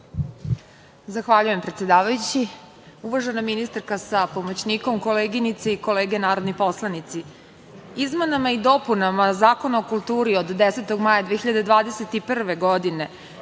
Zahvaljujem. Uvažena ministarka sa pomoćnikom, koleginice i kolege narodni poslanici, izmenama i dopunama Zakona o kulturi od 10. maja 2021. godine